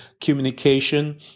communication